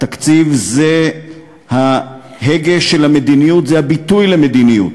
התקציב זה ההגה של המדיניות, זה הביטוי למדיניות.